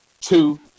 two